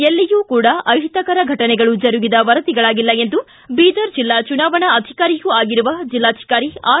ಎಲ್ಲಿಯೂ ಕೂಡ ಅಹಿತಕರ ಘಟನೆಗಳು ಜರುಗಿದ ವರದಿಗಳಾಗಿಲ್ಲ ಎಂದು ಬೀದರ್ ಜಿಲ್ಲಾ ಚುನಾವಣಾಧಿಕಾರಿಯೂ ಆಗಿರುವ ಜಿಲ್ಲಾಧಿಕಾರಿ ಆರ್